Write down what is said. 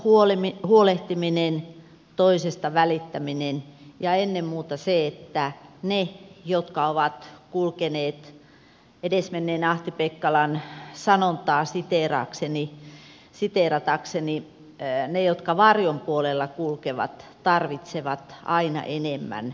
toisesta huolehtiminen toisesta välittäminen ja ennen muuta se että ne jotka edesmenneen ahti pekkalan sanontaa siteeratakseni varjon puolella kulkevat tarvitsevat aina enemmän apua